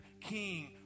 King